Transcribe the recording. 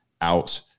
out